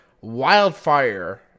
Wildfire